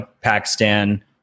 Pakistan